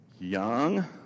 young